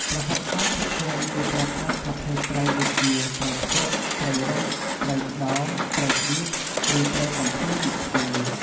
ប្រហុកសាច់ភាគច្រើនគេប្រើប្រាស់ប្រភេទត្រីដូចជាត្រីផ្ទក់ ត្រីរ៉ស់ ត្រីឆ្តោ ត្រីឌៀប ឬត្រីកំភ្លាញ មកធ្វើ។